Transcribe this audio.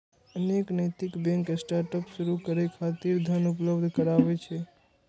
अनेक नैतिक bank startup शुरू करै खातिर धन उपलब्ध कराबै छै